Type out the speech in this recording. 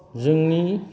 जोंनि